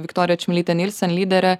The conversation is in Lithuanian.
viktorija čmilytė nilsen lyderė